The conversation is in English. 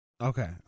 okay